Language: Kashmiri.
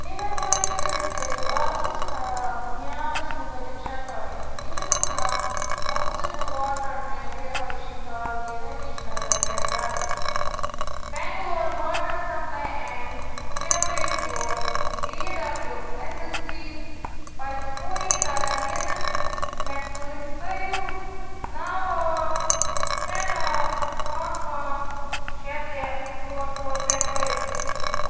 مہربٲنی کٔرِتھ کٔرِو آبہٕ کِس خراب معیارس مُتعلق شکایت کِچنُک نل موٗنسپل واٹر ٹینک رہٲیشی کالونی رمیش نگر پٮ۪ٹھ درج Bangalore water supply and sewerage board B W S S B پَزِ فوٗری قدم نِنہٕ مےٚ سۭتۍ کٔرِو نو ٲٹھ ترٛےٚ نو پانٛژھ پانژھ شےٚ ترٛےٚ ژور ژور پٮ۪ٹھ رٲبطہٕ